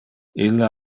ille